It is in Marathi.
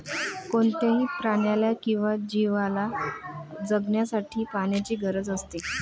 कोणत्याही प्राण्याला किंवा जीवला जगण्यासाठी पाण्याची गरज असते